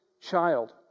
child